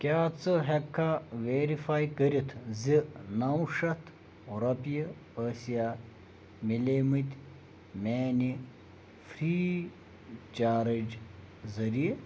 کیٛاہ ژٕ ہیٚکہٕ کھا ویرِفاے کٔرِتھ زِ نَو شٮ۪تھ رۄپیہِ ٲسیٛاہ مِلیٚٲمِتۍ میٛانہِ فرٛی چارٕج ذریعہٕ